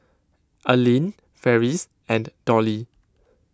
Allene Farris and Dollie